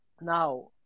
now